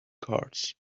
cars